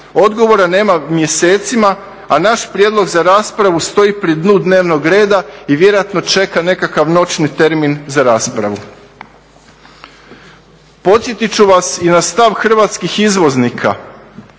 Odgovora nema mjesecima a naš prijedlog za raspravu stoji pri dnu dnevnog reda i vjerojatno čeka nekakav noćni termin za raspravu. Podsjetiti ću vas i na stav hrvatskih izvoznika